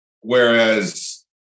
whereas